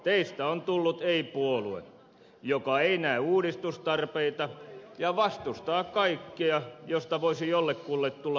teistä on tullut ei puolue joka ei näe uudistustarpeita ja vastustaa kaikkea josta voisi jollekulle tulla paha mieli